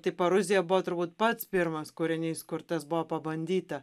tai paruzija buvo turbūt pats pirmas kūrinys kur tas buvo pabandyta